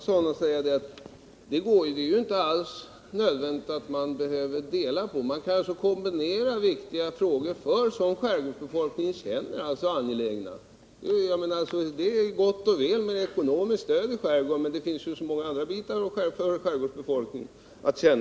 Herr talman! Det är inte alls nödvändigt att man delar på det — man kan kombinera frågor som skärgårdsbefolkningen känner är angelägna. Det är gott och väl med ekonomiskt stöd, men det finns ju så mycket annat som är viktigt för skärgårdsbefolkningen.